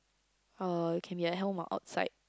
uh can be a hell mah outside